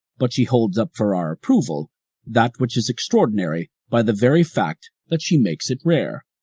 but she holds up for our approval that which is extraordinary by the very fact that she makes it rare.